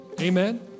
Amen